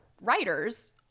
writers